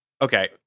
okay